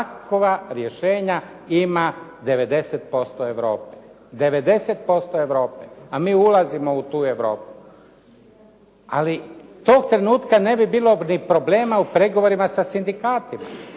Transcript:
takva rješenja ima 90% Europe, 90% Europe, a mi ulazimo u tu Europu. Ali tog trenutka ne bi bilo ni problema u pregovorima sa sindikatima.